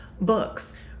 books